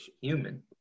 Human